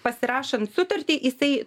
pasirašant sutartį jisai